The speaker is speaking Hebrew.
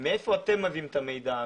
מאיפה אתם מביאים את המידע?